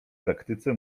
praktyce